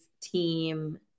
team